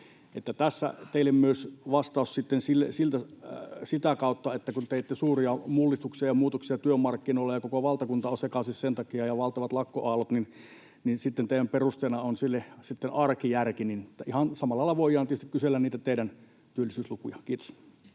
Tässä on teille vastaus myös sitä kautta, että kun teitte suuria mullistuksia ja muutoksia työmarkkinoilla ja koko valtakunta on sekaisin sen takia ja on valtavat lakkoaallot, niin sitten teidän perusteenanne sille on arkijärki. Ihan samalla lailla voidaan tietysti kysellä niitä teidän työllisyyslukujanne. — Kiitos.